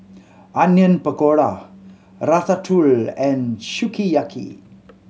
Onion Pakora Ratatouille and Sukiyaki